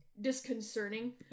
disconcerting